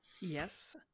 Yes